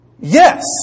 Yes